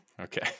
Okay